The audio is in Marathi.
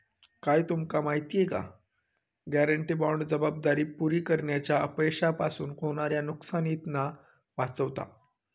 काय तुमका माहिती हा? गॅरेंटी बाँड जबाबदारी पुरी करण्याच्या अपयशापासून होणाऱ्या नुकसानीतना वाचवता